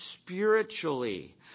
spiritually